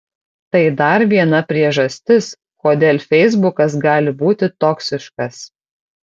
tai dar viena priežastis kodėl feisbukas gali būti toksiškas